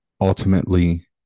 ultimately